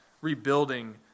rebuilding